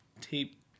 tape